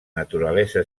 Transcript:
naturalesa